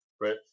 right